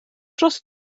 dros